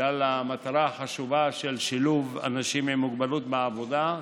בגלל המטרה החשובה של שילוב אנשים עם מוגבלות בעבודה.